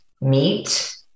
meat